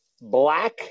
black